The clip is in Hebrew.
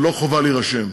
ולא חובה להירשם.